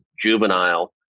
juvenile